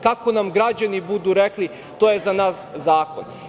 Kako nam građani budu rekli, to je za nas zakon.